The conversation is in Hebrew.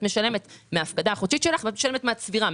את משלמת מההפקדה החודשית שלך ואת משלמת מהצבירה,